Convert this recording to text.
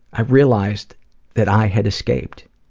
i realized that i had escaped.